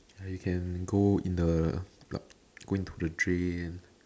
ya you can go in the block go into the drain